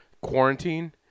quarantine